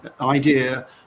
idea